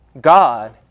God